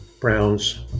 Brown's